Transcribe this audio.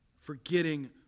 forgetting